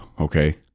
okay